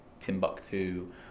Timbuktu